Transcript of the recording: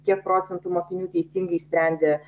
kiek procentų mokinių teisingai išsprendė